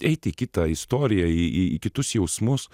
eit į kitą istoriją į į į kitus jausmus